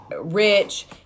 rich